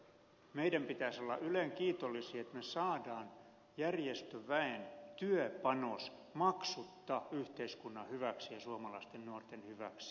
meidän pitäisi olla ylen kiitollisia että me saamme järjestöväen työpanos maksutta yhteiskunnan hyväksi ja suomalaisten nuorten hyväksi